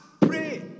pray